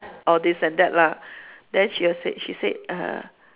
all this and that lah then she will said she said err